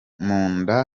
nda